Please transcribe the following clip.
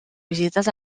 visites